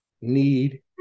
need